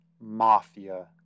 Mafia